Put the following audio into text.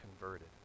converted